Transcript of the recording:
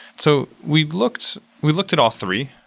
so we looked we looked at all three.